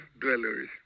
dwellers